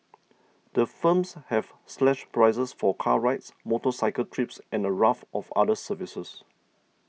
the firms have slashed prices for car rides motorcycle trips and a raft of other services